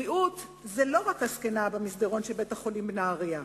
בריאות אינה רק הזקנה במסדרון של בית-החולים בנהרייה.